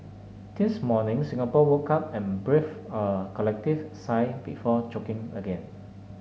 this morning Singapore woke up and breathed a collective sigh before choking again